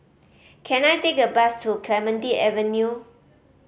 can I take a bus to Clementi Avenue